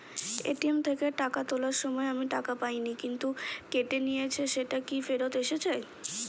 ATM থেকে টাকা তোলার সময় আমি টাকা পাইনি কিন্তু কেটে নিয়েছে সেটা কি ফেরত এসেছে?